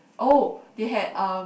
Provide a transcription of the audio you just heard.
oh they had uh